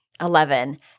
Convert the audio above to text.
Eleven